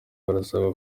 barasabwa